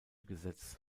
gesetz